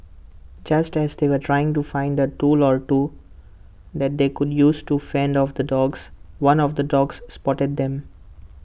just as they were trying to find A tool or two that they could use to fend off the dogs one of the dogs spotted them